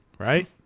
right